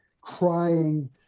crying